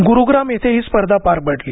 गुरुग्राम येथे ही स्पर्धा पार पडली